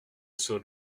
soit